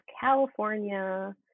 California